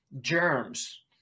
Germs